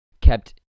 kept